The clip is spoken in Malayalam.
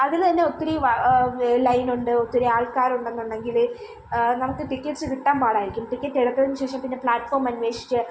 അതിൽ തന്നെ ഒത്തിരി ലൈനുണ്ട് ഒത്തിരി ആൾക്കാരുണ്ടെന്നുണ്ടെങ്കിൽ നമുക്ക് ടിക്കറ്റ്സ് കിട്ടാൻ പാടായിരിക്കും ടിക്കറ്റെടുത്തതിന് ശേഷം പിന്നെ പ്ലാറ്റ്ഫോം അന്വേഷിച്ച്